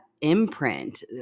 imprint